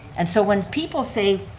and so when people say,